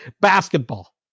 Basketball